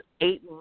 eight